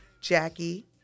Jackie